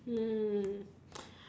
mm